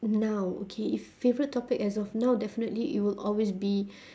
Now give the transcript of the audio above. now okay if favourite topic as of now definitely it will always be